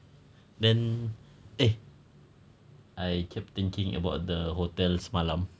then eh I kept thinking about the hotel semalam